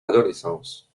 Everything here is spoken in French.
adolescence